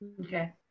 Okay